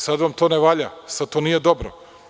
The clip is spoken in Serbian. Sada to ne valja, sada to nije dobro.